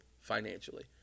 financially